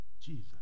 Jesus